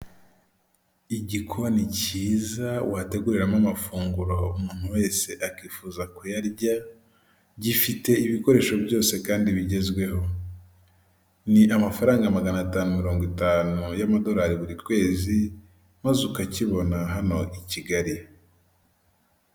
igikoni cyiza wateguriramo amafunguro umuntu wese akifuza kuyarya, gifite ibikoresho byose kandi bigezweho. Ni amafaranga magana atanu mirongo itanu y'amadolari buri kwezi, maze ukakibona hano i Kigali.